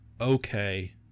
okay